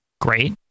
Great